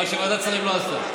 מה שוועדת השרים לא עשתה.